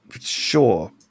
Sure